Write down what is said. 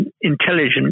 intelligent